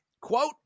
Quote